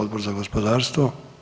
Odbor za gospodarstvo?